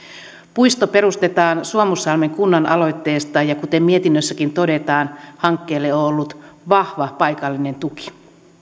puisto perustetaan suomussalmen kunnan aloitteesta ja kuten mietinnössäkin todetaan hankkeelle on on ollut vahva paikallinen tuki